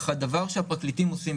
אך הדבר שהפרקליטים עושים,